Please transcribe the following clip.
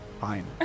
Fine